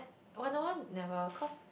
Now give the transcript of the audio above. Wanna-One never cause